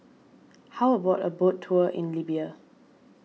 how about a boat tour in Libya